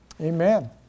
Amen